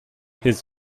his